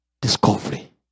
discovery